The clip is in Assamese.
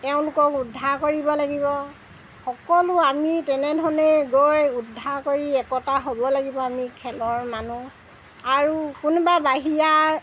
তেওঁলোকক উদ্ধাৰ কৰিব লাগিব সকলো আমি তেনেধৰণে গৈ উদ্ধাৰ কৰি একতা হ'ব লাগিব আমি খেলৰ মানুহ আৰু কোনোবা বাহিৰা